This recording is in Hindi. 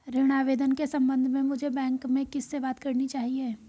ऋण आवेदन के संबंध में मुझे बैंक में किससे बात करनी चाहिए?